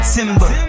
Timber